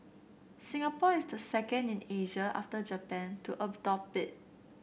Singapore is the second in Asia after Japan to adopt it